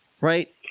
right